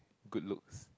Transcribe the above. good looks